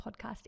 podcast